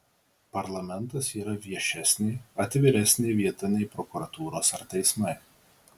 parlamentas yra viešesnė atviresnė vieta nei prokuratūros ar teismai